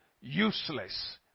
useless